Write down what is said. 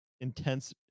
intense